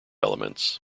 elements